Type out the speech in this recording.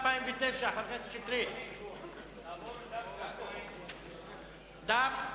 2009. תעבור לדף 200. דף 200,